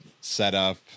setup